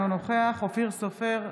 אינו נוכח אופיר סופר,